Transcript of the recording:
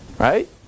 Right